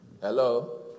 Hello